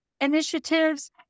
initiatives